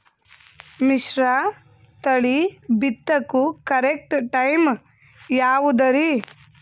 ಮಿಶ್ರತಳಿ ಬಿತ್ತಕು correct time ಯಾವುದರಿ?